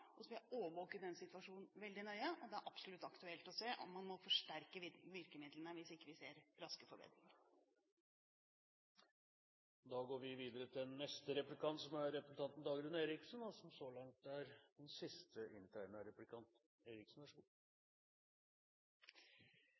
og så vil jeg overvåke den situasjonen veldig nøye. Det er absolutt aktuelt å se på om man må forsterke virkemidlene hvis ikke vi ser raske forbedringer. Jeg forstår at i regjeringens drømmeverden går